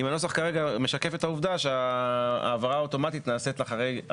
אם הנוסח כרגע משקף את העובדה שההעברה האוטומטית נעשית אחרי,